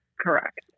correct